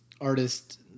artist